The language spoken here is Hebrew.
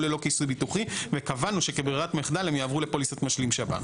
ללא כיסוי ביטוחי וקבענו שכברירת מחדל הם יעברו לפוליסת משלים שב"ן.